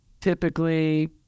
Typically